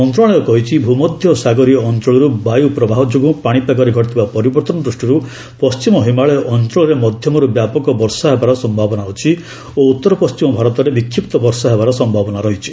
ମନ୍ତ୍ରଶାଳୟ କହିଛି ଭୂମଧ୍ୟ ସାଗରୀୟ ଅଞ୍ଚଳରୁ ବାୟୁ ପ୍ରବାହ ଯୋଗୁଁ ପାଣିପାଗରେ ଘଟିଥିବା ପରିବର୍ତ୍ତନ ଦୃଷ୍ଟିରୁ ପଶ୍ଚିମ ହିମାଳୟ ଅଞ୍ଚଳରେ ମଧ୍ୟମରୁ ବ୍ୟାପକ ବର୍ଷା ହେବାର ସମ୍ଭାବନା ଅଛି ଓ ଉତ୍ତରପଶ୍ଚିମ ଭାରତରେ ବିକ୍ଷିପ୍ତ ବର୍ଷା ହେବାର ସମ୍ଭାବନା ରହିଛି